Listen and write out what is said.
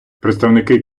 представники